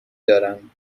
دارم